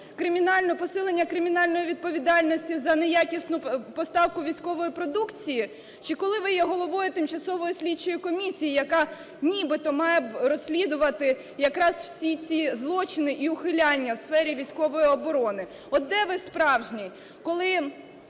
посилення кримінальної відповідальності за неякісну поставку військової продукції чи коли ви є головою тимчасової слідчої комісії, яка нібито має розслідувати якраз всі ці злочини і ухиляння в сфері військової оборони? От де ви справжній? Коли